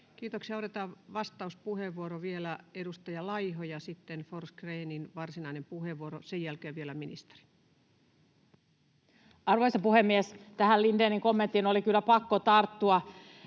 Kiitoksia. — Otetaan vastauspuheenvuoro vielä, edustaja Laiho. — Ja sitten Forsgrénin varsinainen puheenvuoro, sen jälkeen vielä ministeri. Arvoisa puhemies! Tähän Lindénin kommenttiin oli kyllä pakko tarttua.